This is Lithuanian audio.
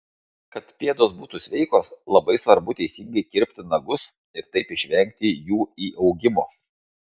kad pėdos būtų sveikos labai svarbu teisingai kirpti nagus ir taip išvengti jų įaugimo